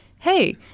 Hey